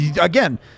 Again